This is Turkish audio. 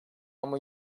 ama